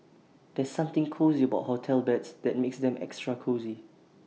there's something cosy about hotel beds that makes them extra cosy